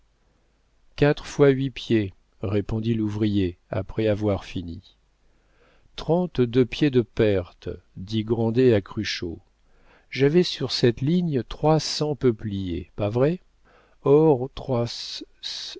quatre fois huit pieds répondit l'ouvrier après avoir fini trente-deux pieds de perte dit grandet à cruchot j'avais sur cette ligne trois cents peupliers pas vrai or trois